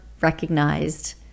recognized